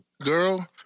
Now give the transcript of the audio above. girl